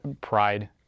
pride